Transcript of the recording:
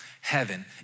heaven